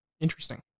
Interesting